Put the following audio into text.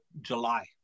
July